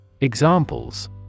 Examples